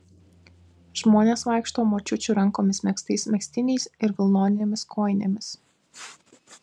žmonės vaikšto močiučių rankomis megztais megztiniais ir vilnonėmis kojinėmis